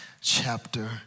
chapter